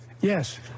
Yes